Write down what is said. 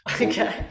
okay